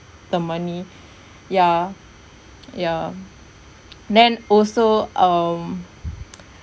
the money ya ya then also um